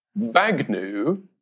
Bagnu